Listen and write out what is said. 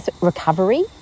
recovery